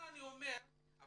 אבל